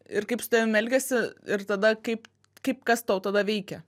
ir kaip su tavim elgėsi ir tada kaip kaip kas tau tada veikia